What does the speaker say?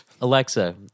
Alexa